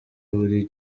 buri